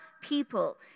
people